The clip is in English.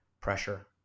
pressure